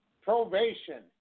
probation